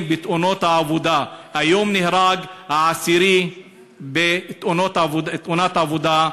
בתאונות עבודה: היום נהרג העשירי בתאונת עבודה,